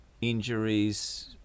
injuries